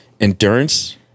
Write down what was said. endurance